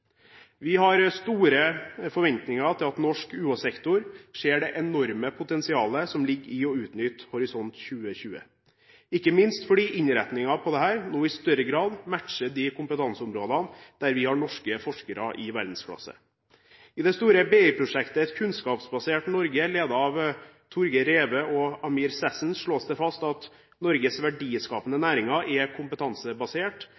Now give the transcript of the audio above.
Vi har store forventninger til at norsk universitets- og høgskolesektorsektor ser det enorme potensialet som ligger i å utnytte Horisont 2020, ikke minst fordi innretningen på dette i større grad matcher kompetanseområdene der vi har norske forskere i verdensklasse. I det store BI-prosjektet Et kunnskapsbasert Norge, ledet av Torger Reve og Amir Sasson, slås det fast at Norges verdiskapende